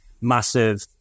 massive